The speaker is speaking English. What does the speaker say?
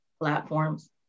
platforms